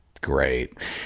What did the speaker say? great